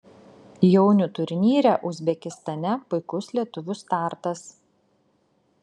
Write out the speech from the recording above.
jaunių turnyre uzbekistane puikus lietuvių startas